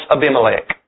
Abimelech